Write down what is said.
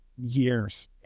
years